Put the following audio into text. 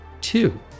Two